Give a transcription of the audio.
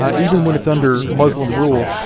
um even when it's under muslim rule,